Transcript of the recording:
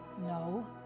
no